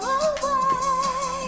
away